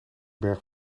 berg